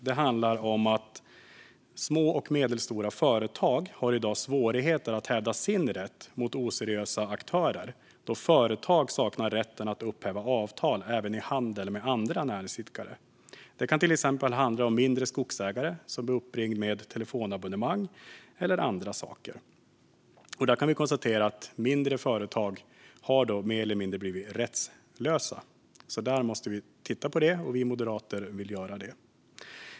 Den handlar om att små och medelstora företag i dag har svårigheter att hävda sin rätt mot oseriösa aktörer, då företag saknar rätten att upphäva avtal även i handel med andra näringsidkare. Det kan till exempel handla om mindre skogsägare som blir uppringda om telefonabonnemang eller andra saker. Där kan vi konstatera att mindre företag har blivit mer eller mindre rättslösa. Vi måste titta på det, och det vill vi moderater göra.